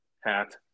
hat